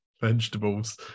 vegetables